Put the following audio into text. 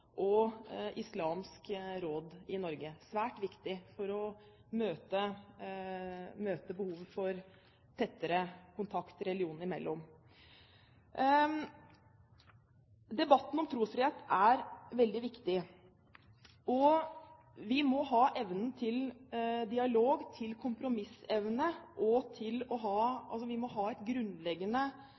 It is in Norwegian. og Islamsk Råd i Norge. Det er svært viktig for å møte behovet for tettere kontakt religionene imellom. Debatten om trosfrihet er veldig viktig. Vi må ha evnen til dialog og kompromiss og